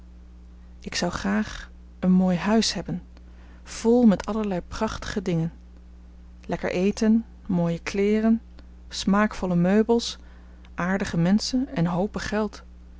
ik zou graag een mooi huis hebben vol met allerlei prachtige dingen lekker eten mooie kleeren smaakvolle meubels aardige menschen en hoopen geld